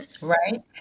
right